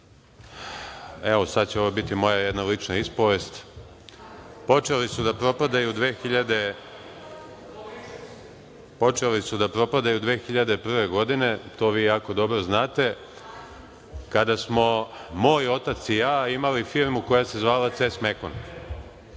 evo sad će ovo biti moja jedna lična ispovest, počeli su da propadaju 2001. godine, to vi jako dobro znate, kada smo moj otac i ja imali firmu koja se zvala „Ces Mekon“.